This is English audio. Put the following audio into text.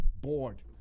bored